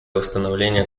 установления